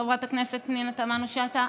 חברת הכנסת פנינה תמנו שטה,